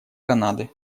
канады